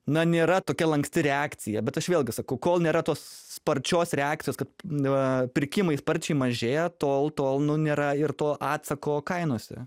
na nėra tokia lanksti reakcija bet aš vėlgi sakau kol nėra tos sparčios reakcijos kad nuo pirkimai sparčiai mažėja tol tol nu nėra ir to atsako kainose